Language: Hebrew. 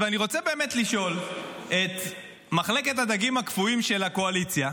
-- לשאול את מחלקת הדגים הקפואים של הקואליציה,